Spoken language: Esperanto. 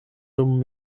dum